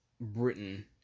Britain